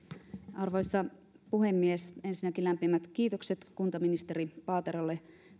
arvoisa puhemies ensinnäkin lämpimät kiitokset kuntaministeri paaterolle